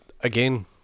Again